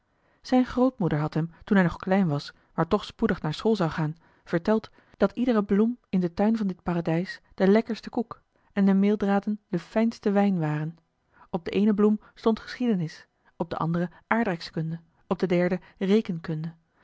zijn grootmoeder had hem toen hij nog klein was maar toch spoedig naar school zou gaan verteld dat iedere bloem in den tuin van dit paradijs de lekkerste koek en de meeldraden de fijnste wijn waren op de eene bloem stond geschiedenis op de andere aardrijkskunde op de derde